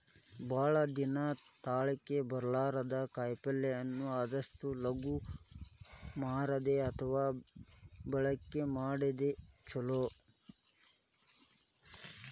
ಭಾಳ ದಿನಾ ತಾಳಕಿ ಬರ್ಲಾರದ ಕಾಯಿಪಲ್ಲೆನ ಆದಷ್ಟ ಲಗು ಮಾರುದು ಅಥವಾ ಬಳಕಿ ಮಾಡುದು ಚುಲೊ